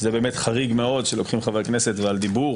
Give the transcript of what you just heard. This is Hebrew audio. שזה באמת חריג מאוד שלוקחים חבר כנסת ועל דיבור